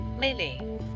Millie